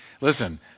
Listen